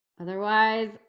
otherwise